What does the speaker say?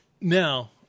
Now